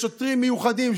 יש שוטרים מיוחדים,